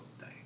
day